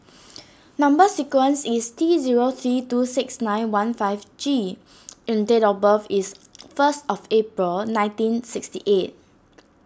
Number Sequence is T zero three two six nine one five G and date of birth is first of April nineteen sixty eight